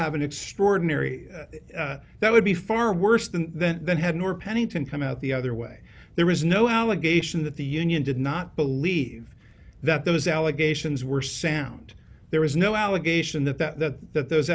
have an extraordinary that would be far worse than that that had more pennington come out the other way there is no allegation that the union did not believe that those allegations were sound there was no allegation that that that that those